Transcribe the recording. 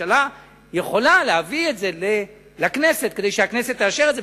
הממשלה יכולה להביא את זה לכנסת כדי שהכנסת תאשר את זה,